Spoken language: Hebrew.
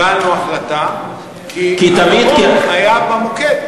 קיבלנו החלטה, כי תמיד, כי הרוב היה במוקד.